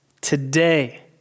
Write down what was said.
today